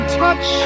touch